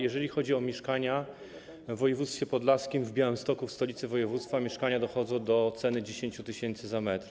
Jeżeli chodzi o mieszkania w woj. podlaskim, w Białymstoku, w stolicy województwa, ceny dochodzą do 10 tys. za metr.